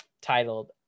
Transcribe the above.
titled